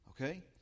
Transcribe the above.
okay